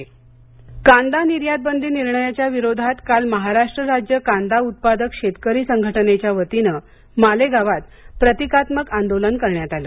कांदा निर्यातबंदी आंदोलन कांदा निर्यात बंदी निर्णयाच्या विरोधात काल महाराष्ट्र राज्य कांदा उत्पादक शेतकरी संघटनेच्या वतीने मालेगावात प्रतिकात्मक आंदोलन करण्यात आलं